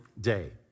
day